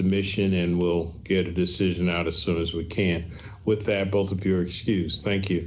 submission and will get a decision out as soon as we can with them both appear excuse think you